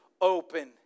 Open